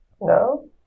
No